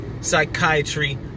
psychiatry